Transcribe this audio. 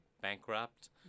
bankrupt